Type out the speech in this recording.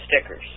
stickers